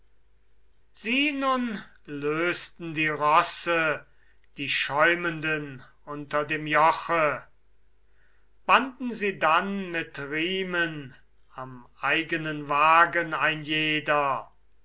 lösten die rosse die schäumenden unter dem joche banden sie dann mit riemen am eigenen wagen ein jeder